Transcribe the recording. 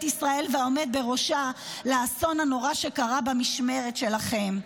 ישראל והעומד בראשה לאסון הנורא שקרה במשמרת שלכם.